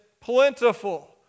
plentiful